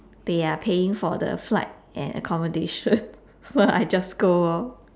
they are paying for the flight and accommodation so I just go lor